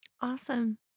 Awesome